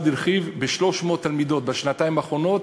בשנתיים האחרונות